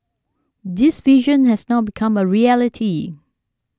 this vision has now become a reality